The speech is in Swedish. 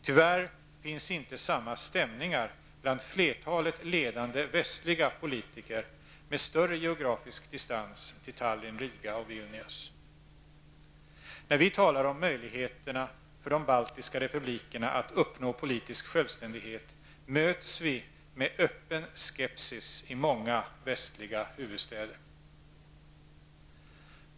Tyvärr finns inte samma stämningar bland flertalet ledande västliga politiker med större geografisk distans till Tallinn, Riga och Vilnius. När vi talar om möjligheterna för de baltiska republikerna att uppnå politisk självständighet möts vi med öppen skepsis i många västliga huvudstäder.